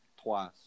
twice